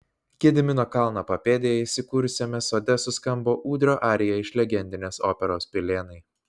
gedimino kalno papėdėje įsikūrusiame sode suskambo ūdrio arija iš legendinės operos pilėnai